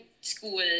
school